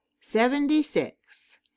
Seventy-six